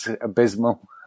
abysmal